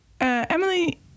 Emily